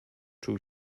czuł